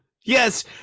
Yes